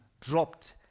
dropped